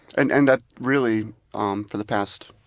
and and that really um for the past